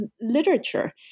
literature